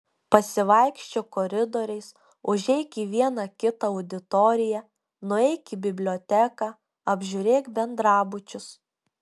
pasivaikščiok koridoriais užeik į vieną kitą auditoriją nueik į biblioteką apžiūrėk bendrabučius